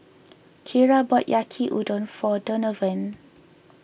Kierra bought Yaki Udon for Donovan